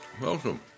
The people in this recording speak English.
Welcome